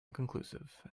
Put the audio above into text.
inconclusive